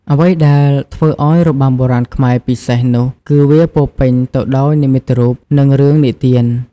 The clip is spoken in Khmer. អ្វីដែលធ្វើឱ្យរបាំបុរាណខ្មែរពិសេសនោះគឺ វាពោរពេញទៅដោយ និមិត្តរូប និងរឿងនិទាន។